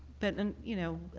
that, and you know,